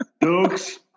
Dukes